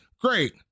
Great